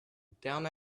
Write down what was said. down